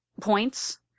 points